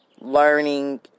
learning